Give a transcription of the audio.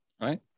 right